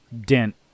dent